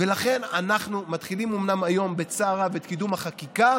ולכן אנחנו אומנם מתחילים היום בצער רב את קידום החקיקה,